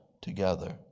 together